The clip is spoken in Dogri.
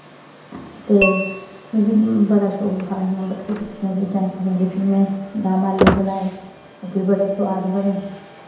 ते मिगी बड़ा शौक हा इ'यां बक्खरी बक्खरी चीजां इक बारी फ्ही में दम आलू बनाए ओह् बी बड़े सोआद बने